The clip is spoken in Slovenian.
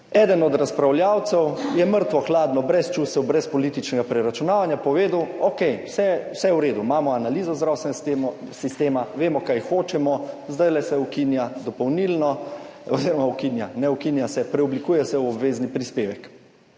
Eden od razpravljavcev je mrtvo hladno, brez čustev, brez političnega preračunavanja povedal, okej, vse je v redu, imamo analizo zdravstvenega sistema, vemo, kaj hočemo, zdajle se ukinja dopolnilno oziroma ukinja, ne ukinja se, preoblikuje se v obvezni prispevek.